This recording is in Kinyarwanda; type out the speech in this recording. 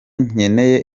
nkeneye